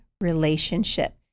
relationship